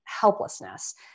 helplessness